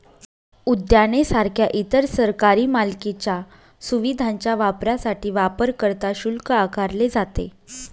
उद्याने सारख्या इतर सरकारी मालकीच्या सुविधांच्या वापरासाठी वापरकर्ता शुल्क आकारले जाते